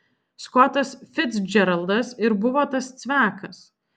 skotas ficdžeraldas ir buvo tas cvekas